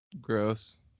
gross